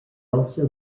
also